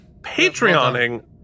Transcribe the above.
patreoning